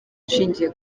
ushingiye